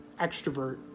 extrovert